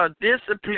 discipline